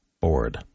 board